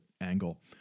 angle